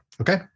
Okay